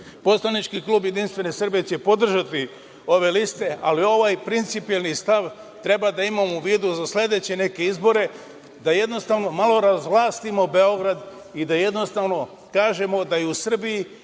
poslanički klub Jedinstvene Srbije će podržati ove liste, ali ovaj principijelni stav treba da imamo u vidu za sledeće neke izbore, da jednostavno malo razvlastimo Beograd i da jednostavno kažemo da i u Srbiji,